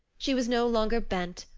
she was no longer bent,